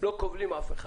לא כובלים אף אחד.